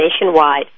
nationwide